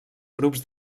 grups